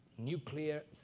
nuclear